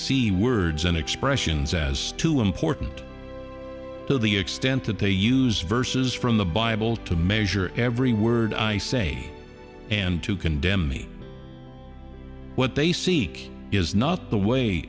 see words and expressions as too important to the extent that they use verses from the bible to measure every word i say and to condemn me what they seek is not the way